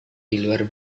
diluar